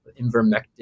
invermectin